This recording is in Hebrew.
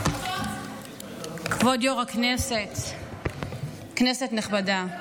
כבוד יו"ר הישיבה, כנסת נכבדה,